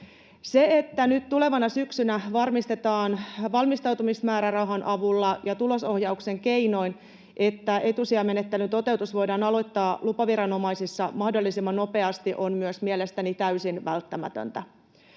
Se, että nyt tulevana syksynä varmistetaan valmistautumismäärärahan avulla ja tulosohjauksen keinoin, että etusijamenettelyn toteutus voidaan aloittaa lupaviranomaisissa mahdollisimman nopeasti, on myös mielestäni täysin välttämätöntä.